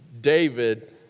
David